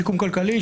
שיקום כלכלי,